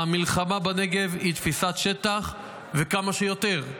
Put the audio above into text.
המלחמה בנגב היא תפיסת שטח, וכמה שיותר.